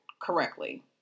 correctly